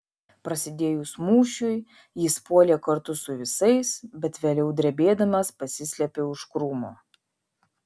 prasidėjus mūšiui jis puolė kartu su visais bet vėliau drebėdamas pasislėpė už krūmo